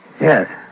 Yes